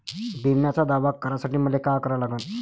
बिम्याचा दावा करा साठी मले का करा लागन?